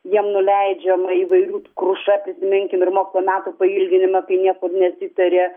jiem nuleidžiama įvairių kruša prisiminkim ir mokslo metų pailginimą kai niekur nesitarė